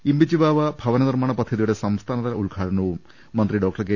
ഇമ്പിച്ചിബാവ ഭവന നിർമ്മാണ പദ്ധ തിയുടെ സംസ്ഥാനതല ഉദ്ഘാടനവും മന്ത്രി ഡോക്ടർ കെ